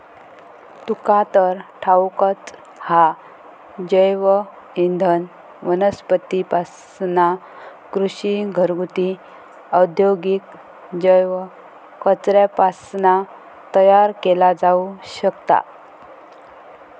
तुका तर ठाऊकच हा, जैवइंधन वनस्पतींपासना, कृषी, घरगुती, औद्योगिक जैव कचऱ्यापासना तयार केला जाऊ शकता